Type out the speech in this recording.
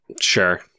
Sure